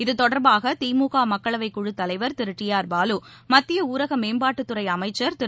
இதுதொடர்பாக திமுக மக்களவைக் குழுத் தலைவர் திரு டி ஆர்பாலு மத்திய ஊரக மேம்பாட்டுத்துறை அமைச்சர் திரு